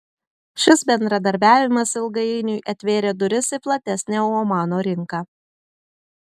šis bendradarbiavimas ilgainiui atvėrė duris į platesnę omano rinką